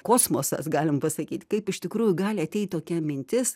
kosmosas galim pasakyt kaip iš tikrųjų gali ateit tokia mintis